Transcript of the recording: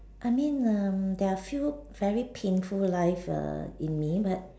I mean um there are few very painful life err in me but